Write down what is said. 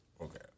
Okay